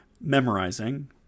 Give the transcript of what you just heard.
memorizing